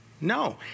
No